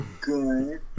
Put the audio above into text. good